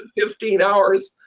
fifteen hours,